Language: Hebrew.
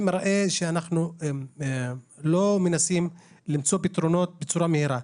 זה מראה שאנחנו לא מנסים למצוא פתרונות בצורה מהירה.